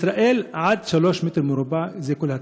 בישראל, עד שלושה מטרים מרובעים, זה כל התנאים.